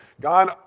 God